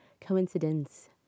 coincidence